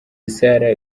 sara